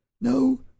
No